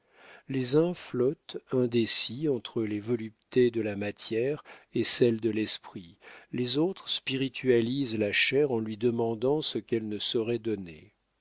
les uns flottent indécis entre les voluptés de la matière et celles de l'esprit les autres spiritualisent la chair en lui demandant ce qu'elle ne saurait donner